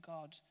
God